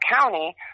County